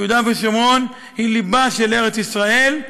יהודה ושומרון היא ליבה של ארץ ישראל,